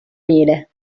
miele